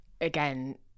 again